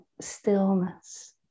stillness